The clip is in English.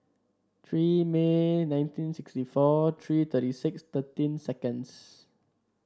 three May nineteen sixty four three thirty six thirteen secinds